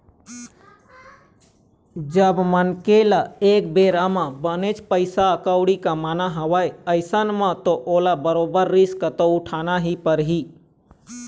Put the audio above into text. जब मनखे ल एक बेरा म बनेच पइसा कउड़ी कमाना हवय अइसन म तो ओला बरोबर रिस्क तो उठाना ही परही